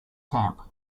camp